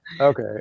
okay